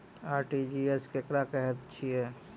RTGS केकरा कहैत अछि?